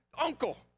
Uncle